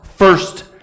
First